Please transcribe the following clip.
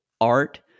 art